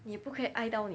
你不可以爱到你